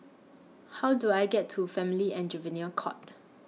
How Do I get to Family and Juvenile Court